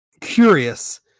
curious